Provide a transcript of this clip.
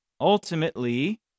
ultimately